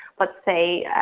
let's say,